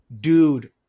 Dude